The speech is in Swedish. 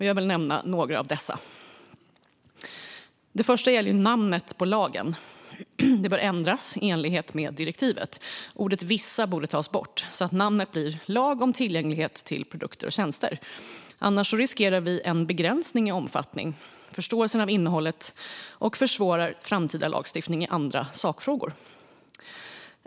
Jag vill nämna några av dem. Det första gäller namnet på lagen. Det bör ändras i enlighet med direktivet. Ordet "vissa" borde tas bort så att namnet blir lag om tillgänglighet till produkter och tjänster, annars riskerar vi en begränsning i omfattning och förståelse av innehållet och försvårar framtida lagstiftning i andra sakfrågor.